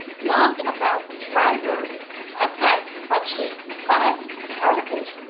blogged about triberr, i've got probably five or six articles.